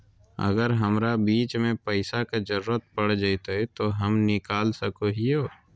अगर हमरा बीच में पैसे का जरूरत पड़ जयते तो हम निकल सको हीये